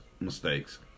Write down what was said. mistakes